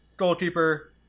Goalkeeper